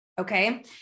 Okay